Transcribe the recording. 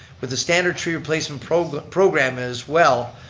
but the standard tree replacement program program as well,